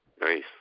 Nice